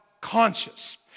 conscious